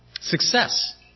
success